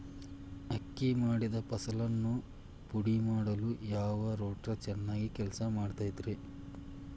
ಅಕ್ಕಿ ಮಾಡಿದ ಫಸಲನ್ನು ಪುಡಿಮಾಡಲು ಯಾವ ರೂಟರ್ ಚೆನ್ನಾಗಿ ಕೆಲಸ ಮಾಡತೈತ್ರಿ?